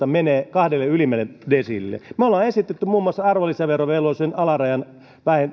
menee kahdelle ylimmälle desiilille me olemme esittäneet muun muassa arvonlisäverovelvollisuuden alarajan